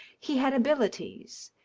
he had abilities,